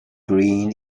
green